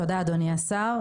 תודה, אדוני השר.